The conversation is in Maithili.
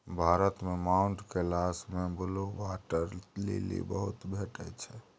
भारत मे माउंट कैलाश मे ब्लु बाटर लिली बहुत भेटै छै